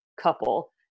couple